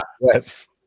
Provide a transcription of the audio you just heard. yes